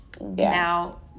now